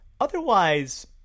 otherwise